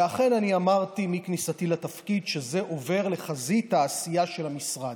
ולכן אני אמרתי מכניסתי לתפקיד שזה עובר לחזית העשייה של המשרד.